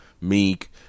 Meek